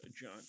John